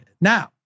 Now